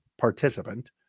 participant